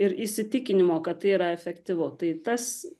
ir įsitikinimo kad tai yra efektyvu tai tas